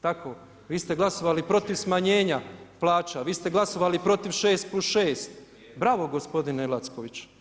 Tako, vi ste glasovali protiv smanjenja plaća, vi ste glasovali protiv 6 + 6. Bravo gospodine Lacković.